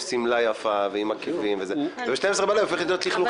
שמלה יפה ועם עקבים וכו' וב-24:00 בלילה היא הופכת להיות לכלוכית.